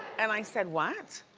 and i said what?